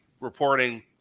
reporting